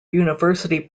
university